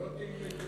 לא תלמדו כי,